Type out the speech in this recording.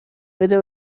بده